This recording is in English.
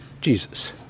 Jesus